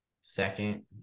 second